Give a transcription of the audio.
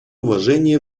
уважение